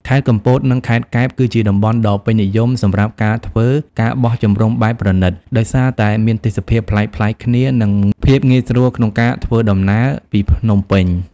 ខេត្តកំពត និងខេត្តកែប គឺជាតំបន់ដ៏ពេញនិយមសម្រាប់ការធ្វើ ការបោះជំរំបែបប្រណីត ដោយសារតែមានទេសភាពប្លែកៗគ្នា និងភាពងាយស្រួលក្នុងការធ្វើដំណើរពីភ្នំពេញ។